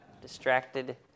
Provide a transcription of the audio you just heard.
Distracted